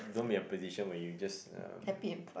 don't be in a position where you just um